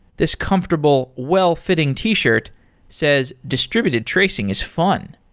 this comfortable well-fitting t-shirt says, distributed tracing is fun,